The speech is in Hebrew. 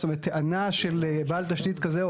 זאת אומרת טענה של בעל תשתית כזה או